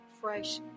fresh